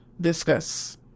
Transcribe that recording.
discuss